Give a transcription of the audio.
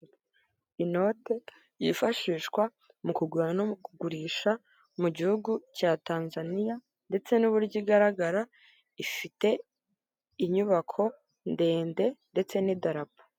Inote yifashishwa mu kugura no mu kugurisha mu gihugu cya Tanzaniya ndetse n'uburyo igaragara ifite inyubako ndende ndetse n'idarapo.